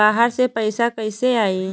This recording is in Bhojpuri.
बाहर से पैसा कैसे आई?